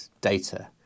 data